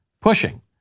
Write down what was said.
pushing